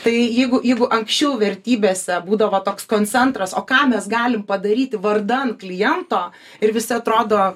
tai jeigu jeigu anksčiau vertybėse būdavo toks koncentras o ką mes galim padaryti vardan kliento ir visi atrodo